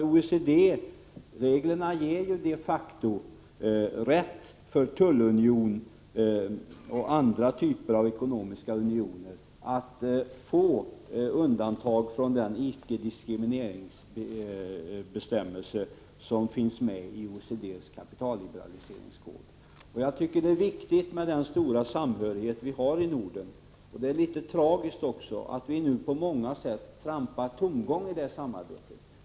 OECD-reglerna ger ju de facto en tullunion och andra typer av ekonomiska unioner rätt att få undantag från den icke-diskrimineringsbestämmelse som finns med i OECD:s kapitalliberaliseringskod. Jag tycker att den stora samhörighet som vi har i Norden är viktig, och det ärlitet tragiskt att vi nu på många sätt trampar tomgång i detta samarbete.